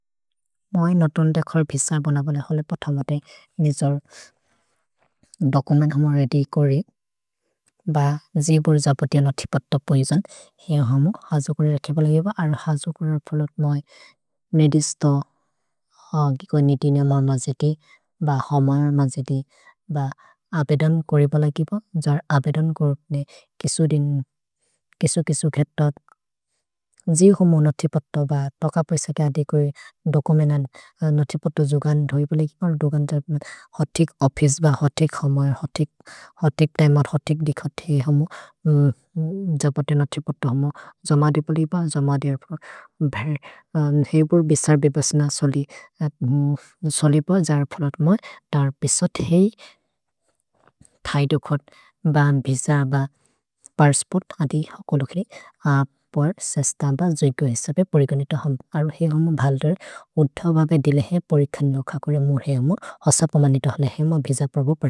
मोइ नतोन्देखर् भिस बनबने हलेपथमते निजोर् दोकुमेन् हमर् एदिकोरि ब जिबुर् जपतिअ नथिपत्त पैजन्। हेइ हमु हजुकोरि एथेबलगिब। अर् हजुकोरि अर् फलुत् मोइ मेदिस्त हगि को निति ने अमर् मजिदि ब हमर् मजिदि ब अबेदन् कोरिबलगिब। जार् अबेदन् कोरिबने किसो दिन् किसो-किसो घेतत्। जिहुमु नथिपत्त ब तक पैजन् के अदिकोरि दोकुमेनन् नथिपत्त जोगन् धोयिबलेगि। अर् दोगन् जात्मे हतिक् ओफ्फिचे ब हतिक् हमर्, हतिक् तिमेर्, हतिक् दिखति हमु जपतिअ नथिपत्त हमर्। जोमदि बोलिब, जोमदि अर् फलुत्। निहिबुर् भिसर् बिबसिन सोलिब जार् फलुत् मोइ। तर् भिसो थेइ थैदु खोत् बन् भिस ब बर्स्पुत् अदि कोलोक्रे अपर् सस्तन् ब जोगो हेसबे। परिगनित हमर्। अर् हिहुमु भल्दर् उद्थोबबे दिले हेइ परिखनि लोख कोरे मुहे हुमु। हस पोमनित हले हेइ म भिस प्रभु।